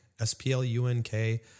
S-P-L-U-N-K